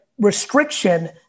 restriction